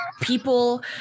people